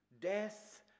Death